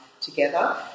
together